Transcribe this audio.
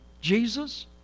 Jesus